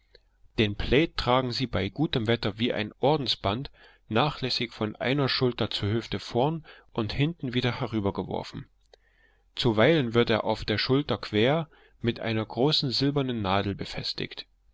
den plaid tragen sie bei gutem wetter wie ein ordensband nachlässig von einer schulter zur hüfte vorn und hinten wieder herübergeworfen zuweilen wird er auf der schulter quer mit einer großen silbernen nadel befestigt